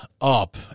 up